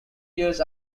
years